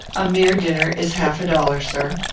a mere dinner is half a dollar, sir.